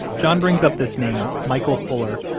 john brings up this name, michael fuller,